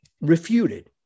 refuted